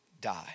die